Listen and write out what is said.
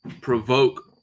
Provoke